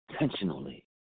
intentionally